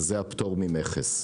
וזה הפטור ממכס.